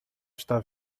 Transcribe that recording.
está